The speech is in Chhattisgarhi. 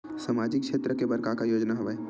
सामाजिक क्षेत्र के बर का का योजना हवय?